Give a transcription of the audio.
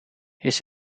his